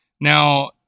Now